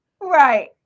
Right